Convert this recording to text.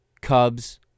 Cubs